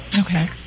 Okay